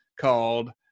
called